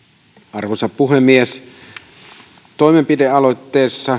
arvoisa puhemies toimenpidealoitteessa